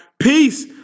Peace